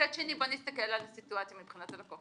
מצד שני, בוא נסתכל על סיטואציה מבחינת הלקוח.